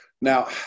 Now